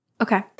okay